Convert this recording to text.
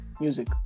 Music